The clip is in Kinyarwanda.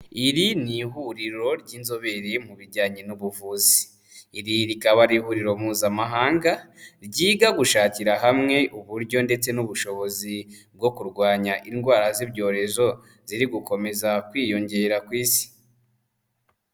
Iri ni ihuriro ry'inzobere mu bijyanye n'ubuvuzi. Iri rikaba ari ihuriro mpuzamahanga ryiga gushakira hamwe uburyo ndetse n'ubushobozi bwo kurwanya indwara z'ibyorezo ziri gukomeza kwiyongera ku isi.